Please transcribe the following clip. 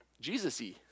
Jesus-y